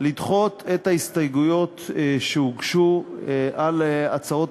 לדחות את ההסתייגויות שהוגשו על הצעות